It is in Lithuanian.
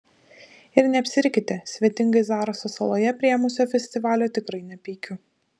ir neapsirikite svetingai zaraso saloje priėmusio festivalio tikrai nepeikiu